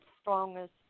strongest